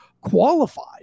qualified